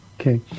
Okay